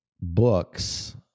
books